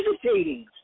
hesitating